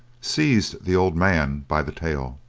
seized the old man by the tail.